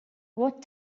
what